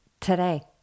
today